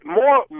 more